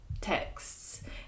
texts